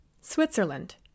Switzerland